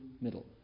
middle